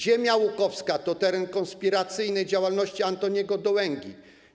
Ziemia łukowska to teren konspiracyjnej działalności Antoniego Dołęgi.